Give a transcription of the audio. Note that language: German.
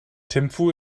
thimphu